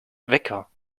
wecker